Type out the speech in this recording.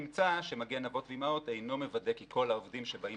נמצא כי "מגן אבות ואימהות" אינו מוודא כי כל העובדים שבאים